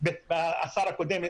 והשר הקודם,